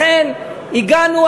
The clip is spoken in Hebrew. לכן הגענו,